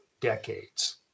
decades